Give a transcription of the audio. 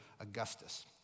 Augustus